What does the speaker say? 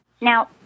now